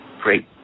great